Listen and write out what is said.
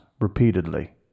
repeatedly